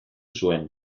zuen